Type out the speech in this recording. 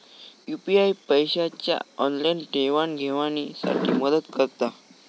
UPI पैशाच्या online देवाणघेवाणी साठी मदत करता